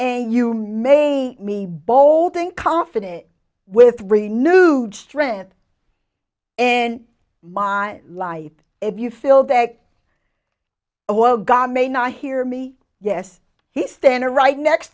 and you may me boulding confident with renewed strength and my life if you feel that oh god may not hear me yes he's standing right next